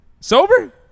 Sober